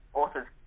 authors